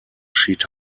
schied